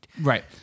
right